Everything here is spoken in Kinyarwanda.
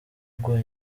hagwa